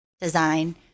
design